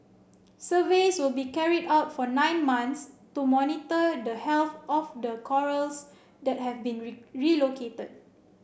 surveys will be carried out for nine months to monitor the health of the corals that have been relocated